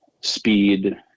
speed